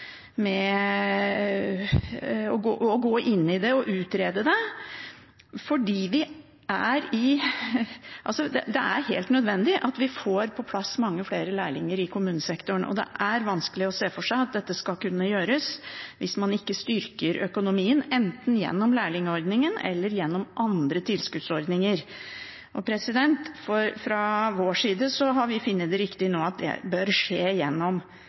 gå inn i det og utrede det. Det er helt nødvendig at vi får på plass mange flere lærlinger i kommunesektoren, og det er vanskelig å se for seg at dette skal kunne gjøres hvis man ikke styrker økonomien, enten gjennom lærlingordningen eller gjennom andre tilskuddsordninger. Fra vår side har vi nå funnet det riktig at det bør skje gjennom